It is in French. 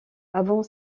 avant